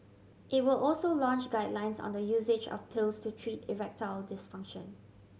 it will also launch guidelines on the usage of pills to treat erectile dysfunction